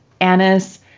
anise